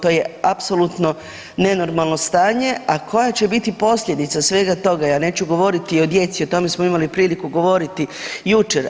To je apsolutno nenormalno stanje, a koja će biti posljedica svega toga ja neću govoriti o djeci, o tome smo imali priliku govoriti jučer.